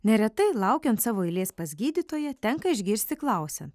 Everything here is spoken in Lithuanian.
neretai laukiant savo eilės pas gydytoją tenka išgirsti klausiant